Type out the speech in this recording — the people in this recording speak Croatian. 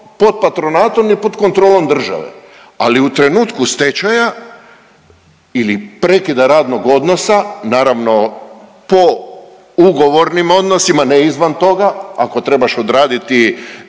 pod patronatom i pod kontrolom države, ali u trenutku stečaja ili prekida radnog odnosa naravno po ugovornim odnosima, ne izvan toga, ako trebaš odraditi